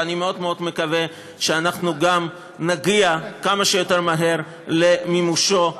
ואני מאוד מאוד מקווה שאנחנו נגיע כמה שיותר מהר למימושו בפועל,